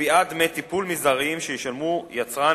וקביעת דמי טיפול מזעריים שישלמו יצרן